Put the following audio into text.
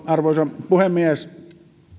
arvoisa puhemies